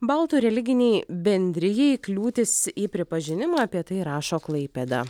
baltų religinei bendrijai kliūtis į pripažinimą apie tai rašo klaipėda